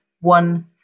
one